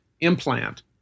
implant